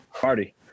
Party